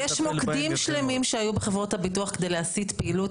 יש מוקדם שלמים שהיו בחברות הביטוח כדי להסיט פעילות